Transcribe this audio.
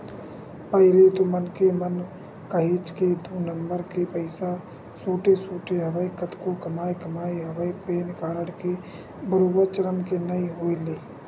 पहिली तो मनखे मन काहेच के दू नंबर के पइसा सोटे सोटे हवय कतको कमाए कमाए हवय पेन कारड के बरोबर चलन के नइ होय ले